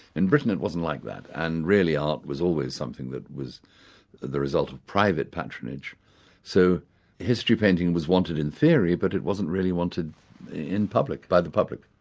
in britain, it wasn't like that, and really art was always something that was the result of private patronage so history painting was wanted in theory, but it wasn't really wanted in public by the public.